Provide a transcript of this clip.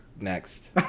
next